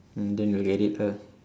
mm then you get it lah